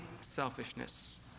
selfishness